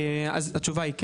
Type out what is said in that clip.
אז התשובה היא כן.